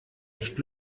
echt